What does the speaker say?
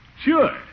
Sure